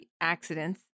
accidents